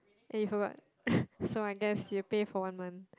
and you forgot so I guess you pay for one month